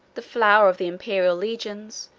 the flower of the imperial legions,